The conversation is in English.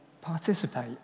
participate